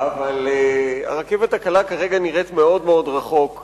אבל הרכבת הקלה כרגע נראית מאוד רחוק,